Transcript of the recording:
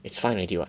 it's fine already [what]